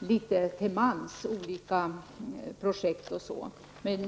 våra projekt litet var.